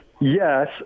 Yes